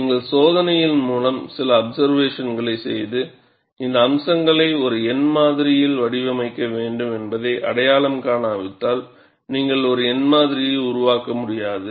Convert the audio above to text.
நீங்கள் சோதனையின் மூலம் சில அப்சர்வேசன்களைச் செய்து இந்த அம்சங்களை ஒரு எண் மாதிரியால் வடிவமைக்க வேண்டும் என்பதை அடையாளம் காணாவிட்டால் நீங்கள் ஒரு எண் மாதிரியை உருவாக்க முடியாது